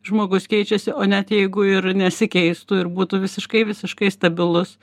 žmogus keičiasi o net jeigu ir nesikeistų ir būtų visiškai visiškai stabilus